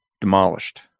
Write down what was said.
demolished